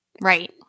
right